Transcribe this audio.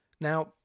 now